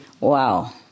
Wow